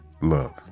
love